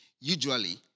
usually